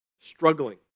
struggling